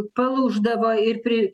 palūždavo ir pri